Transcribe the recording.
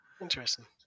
interesting